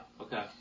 okay